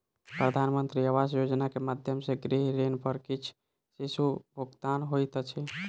प्रधानमंत्री आवास योजना के माध्यम सॅ गृह ऋण पर किछ राशि भुगतान होइत अछि